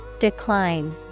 Decline